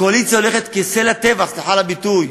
הקואליציה הולכת כשה לטבח, סליחה על הביטוי.